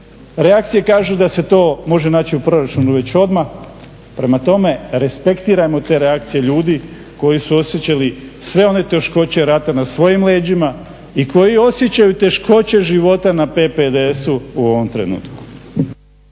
reakcije kažu da se to može naći u proračunu već odmah. Prema tome, respektiramo te reakcije ljudi koji su osjećali sve one teškoće rata na svojim leđima i koji osjećaju teškoće života na PPDS-u u ovom trenutku